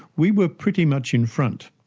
we were pretty much in front.